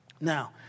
Now